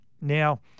Now